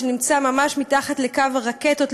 שנמצאת ממש מתחת לקו הרקטות,